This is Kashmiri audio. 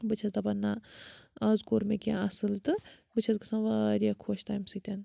بہٕ چھَس دَپان نَہ آز کوٚر مےٚ کیٚنٛہہ اَصٕل تہٕ بہٕ چھَس گژھان واریاہ خۄش تَمۍ سۭتۍ